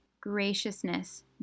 graciousness